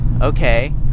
Okay